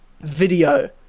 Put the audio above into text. video